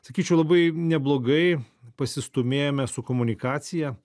sakyčiau labai neblogai pasistūmėjome su komunikacija